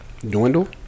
Dwindle